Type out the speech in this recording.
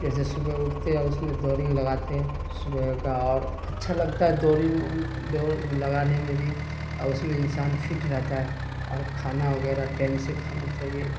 جیسے صبح اٹھتے ہے اور اس میں دوڑ لگاتے ہیں صبح کا اور اچھا لگتا ہے دوڑ دور لگانے میں بھی اس میں انسان فٹ رہتا ہے اور کھانا وغیرہ ٹیم سے کھانا چاہیے